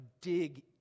dig